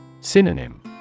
Synonym